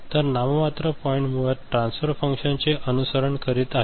तर नाममात्र पॉईंट मुळात ट्रान्सफर फंक्शनचे अनुसरण करीत आहे